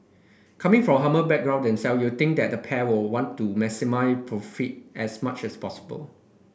coming from humble background them self you'd think the pair would want to maximise profit as much as possible